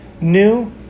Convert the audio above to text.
new